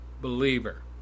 believer